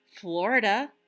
Florida